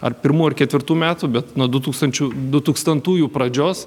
ar pirmų ar ketvirtų metų bet nuo du tūkstančių du tūkstantųjų pradžios